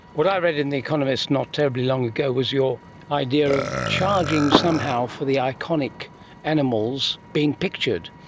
what i read in the economist not terribly long ago was your idea of charging somehow for the iconic animals being pictured,